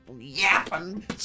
yapping